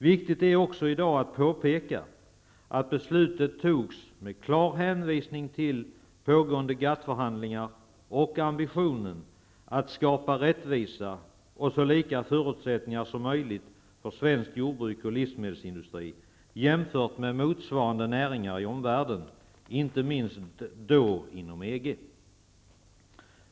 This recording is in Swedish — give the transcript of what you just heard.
Det är i dag också viktigt att påpeka att beslutet fattades med klar hänvisning till pågående GATT förhandlingar och ambitionen att skapa rättvisa och så lika förutsättningar som möjligt för svenskt jordbruk och svensk livsmedelsindustri jämfört med motsvarande näringar i omvärlden, och då inte minst inom EG.